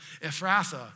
Ephrathah